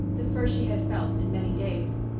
the first she had felt in many days.